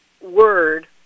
word